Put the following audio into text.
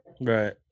Right